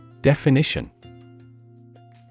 Definition